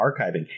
archiving